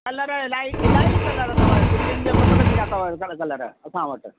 colour इलाही इलाही colour अथव सिंधियुनि जे मतिलबु जा अथव सारा कलर असां वटि